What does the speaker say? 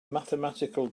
mathematical